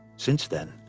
since then,